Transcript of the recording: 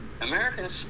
Americans